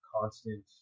constant